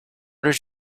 did